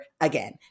again